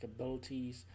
abilities